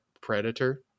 predator